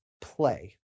play